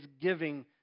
giving